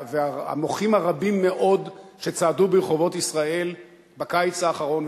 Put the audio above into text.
והמוחים הרבים מאוד שצעדו ברחובות ישראל בקיץ האחרון,